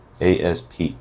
ASP